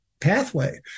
pathway